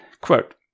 quote